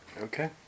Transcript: Okay